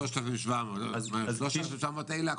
ה-3,700 שקלים?